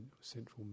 central